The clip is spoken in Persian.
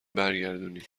برگردونی